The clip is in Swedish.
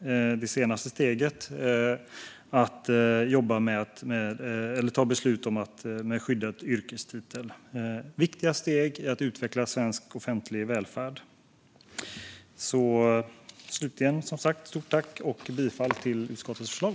Det senaste steget är att nu fatta beslut om en skyddad yrkestitel. Det är viktiga steg när det gäller att utveckla svensk offentlig välfärd. Slutligen vill jag som sagt säga stort tack och yrka bifall till utskottets förslag.